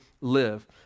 live